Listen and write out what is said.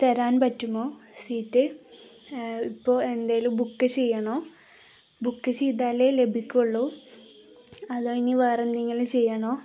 തരാൻ പറ്റുമോ സീറ്റ് ഇപ്പോള് എന്തേലും ബുക്ക് ചെയ്യണോ ബുക്ക് ചെയ്താലേ ലഭിക്കുകയുള്ളുവോ അതോ ഇനി വേറെയെന്തെങ്കിലും ചെയ്യണോ